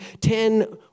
ten